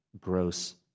gross